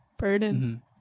burden